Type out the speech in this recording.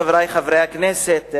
חברי חברי הכנסת,